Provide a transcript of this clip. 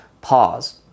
pause